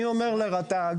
אני אומר לרט"ג,